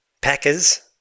packers